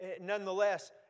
nonetheless